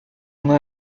una